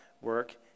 work